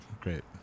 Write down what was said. Great